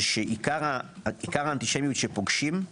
זה שעיקר האנטישמיות שפוגשים,